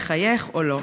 יחייך או לא?